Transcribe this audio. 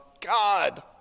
God